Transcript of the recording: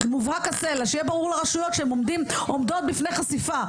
שיהיה ברור לרשויות שהן עומדות בפני חשיפה,